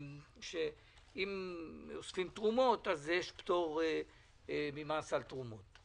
אם אוספים תרומות אז יש פטור ממס על תרומות,